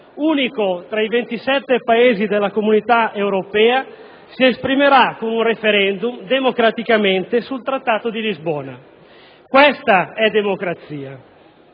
unico tra i 27 Paesi dell'Unione europea, si esprimerà con un referendum, democraticamente, sul Trattato di Lisbona. Questa è democrazia!